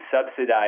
subsidized